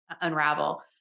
unravel